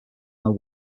their